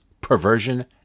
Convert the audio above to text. perversion